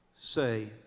say